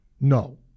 no